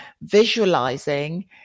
visualizing